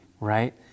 right